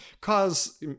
cause